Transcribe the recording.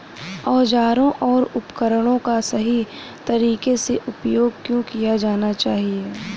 औजारों और उपकरणों का सही तरीके से उपयोग क्यों किया जाना चाहिए?